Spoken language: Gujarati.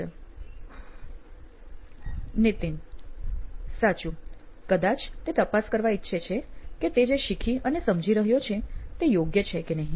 નીતિન સાચું કદાચ તે તપાસ કરવા ઈચ્છે કે તે જે શીખી અને સમજી રહ્યો છે તે યોગ્ય છે કે નહિ